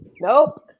Nope